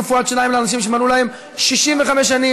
רפואת שיניים לאנשים שמלאו להם 65 שנים),